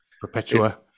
Perpetua